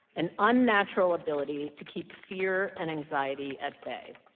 an unnatural ability to keep fear and anxiety at bay.